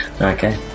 Okay